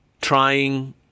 Trying